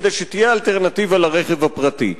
כדי שתהיה אלטרנטיבה לרכב הפרטי.